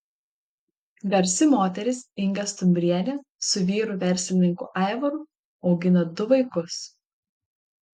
garsi moteris inga stumbrienė su vyru verslininku aivaru augina du vaikus